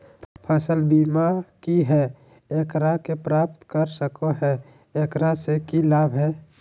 फसल बीमा की है, एकरा के प्राप्त कर सको है, एकरा से की लाभ है?